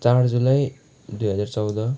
चार जुलाई दुई हजार चौध